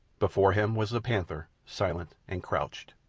before him was the panther, silent and crouched.